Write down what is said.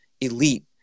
elite